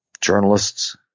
journalists